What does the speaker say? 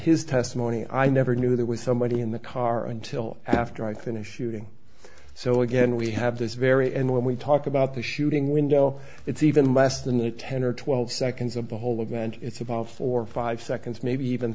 his testimony i never knew there was somebody in the car until after i finish shooting so again we have this very end when we talk about the shooting window it's even less than the ten or twelve seconds of the whole event it's about four or five seconds maybe even